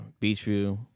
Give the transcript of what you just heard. Beachview